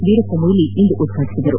ವೀರಪ್ಪ ಮೊಯ್ಲಿ ಇಂದು ಉದ್ವಾಟಿಸಿದರು